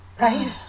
right